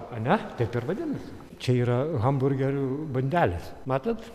ar ne taip ir vadinasi čia yra hamburgerių bandelės matot